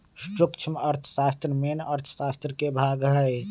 सूक्ष्म अर्थशास्त्र मेन अर्थशास्त्र के भाग हई